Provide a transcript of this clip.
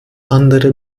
andere